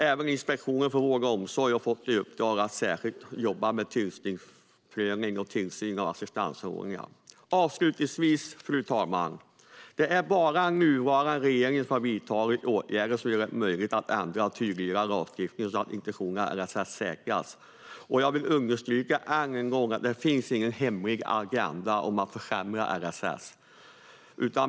Även Inspektionen för vård och omsorg har fått i uppdrag att särskilt jobba med tillståndsprövning och tillsyn av assistansanordnare. Avslutningsvis, fru talman: Det är bara den nuvarande regeringen som har vidtagit åtgärder som gör det möjligt att ändra och tydliggöra lagstiftningen så att intentionerna i LSS säkras. Jag vill än en gång understryka att det inte finns någon hemlig agenda om att försämra LSS.